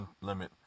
limit